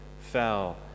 fell